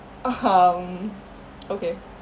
um okay